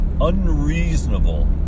unreasonable